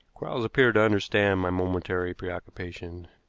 quarles appeared to understand my momentary preoccupation.